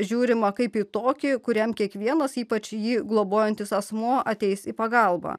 žiūrima kaip į tokį kuriam kiekvienas ypač jį globojantis asmuo ateis į pagalbą